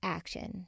action